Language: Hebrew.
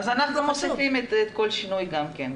אז אנחנו מוסיפים כל שינוי גם כן.